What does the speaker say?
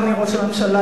אדוני ראש הממשלה,